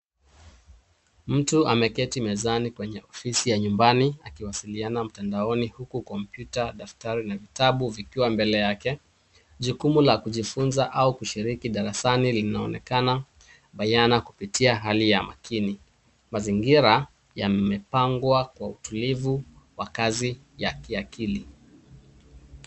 Mtu ameketi mezani kwenye ofisi ya nyumbani akiwasiliana mtandaoni huku kompyuta, daftari na vitabu vikiwa mbele yake. Jukumu la kijifunza au kishirki darasani linaonekana bayana kupitia hali ya makini. Mazingira yamepangwa Kwa utulivu Kwa kazi ya kiakili.